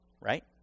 right